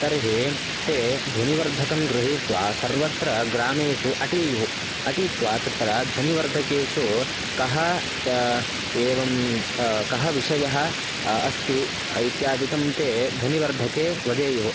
तर्हि ते ध्वनिवर्धकं गृहीत्वा सर्वत्र ग्रामेषु अटेयुः अटित्वा तत्र ध्वनिवर्धकेषु कः एवं कः विषयः अस्ति इत्यादिकं ते ध्वनिवर्धके वदेयुः